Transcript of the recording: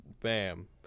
bam